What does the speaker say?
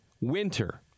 winter